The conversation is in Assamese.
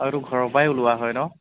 অঁ এইটো ঘৰৰপৰাই ওলোৱা হয় ন